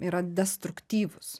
yra destruktyvūs